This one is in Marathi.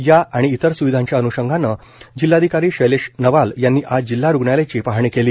या व इतर स्विधांच्या अन्षंगाने जिल्हाधिकारी शैलेश नवाल यांनी आज जिल्हा रुग्णालयाची पाहणी केली